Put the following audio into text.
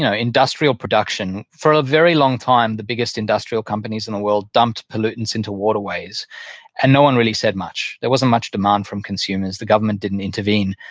industrial production. for a very long time the biggest industrial companies in the world dumped pollutants into waterways and no one really said much. there wasn't much demand from consumers. the government didn't intervene.